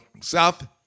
South